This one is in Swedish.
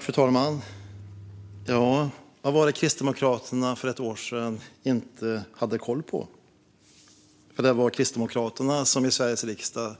Fru talman! Vad var det Kristdemokraterna för ett år sedan inte hade koll på? För det var Kristdemokraterna som i Sveriges riksdag